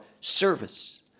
service